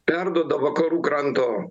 perduoda vakarų kranto